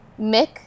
Mick